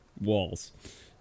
walls